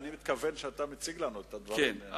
אני מתכוון שאתה מציג לנו את הדברים כהווייתם.